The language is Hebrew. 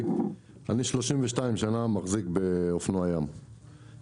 אני מחזיק באופנוע ים 32 שנה.